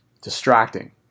Distracting